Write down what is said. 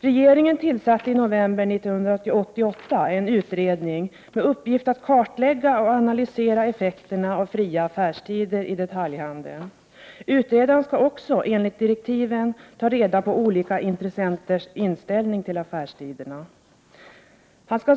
Regeringen tillsatte i november 1988 en utredning med uppgift att kartlägga och analysera effekterna av fria affärstider i detaljhandeln. Utredaren skall enligt direktiven också ta reda på olika intressenters inställning till affärstiderna.